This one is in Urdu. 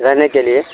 رہنے کے لیے